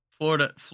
Florida